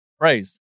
Praise